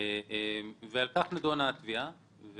בכך עסקה התביעה.